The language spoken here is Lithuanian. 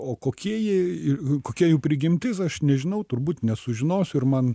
o kokie jie ir kokia jų prigimtis aš nežinau turbūt nesužinosiu ir man